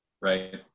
Right